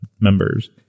members